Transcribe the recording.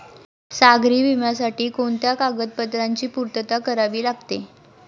सागरी विम्यासाठी कोणत्या कागदपत्रांची पूर्तता करावी लागते?